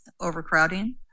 overcrowding